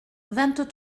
vingt